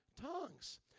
Tongues